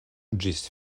ĝis